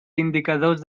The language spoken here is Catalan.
indicadors